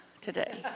today